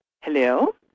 Hello